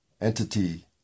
entity